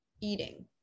eating